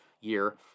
year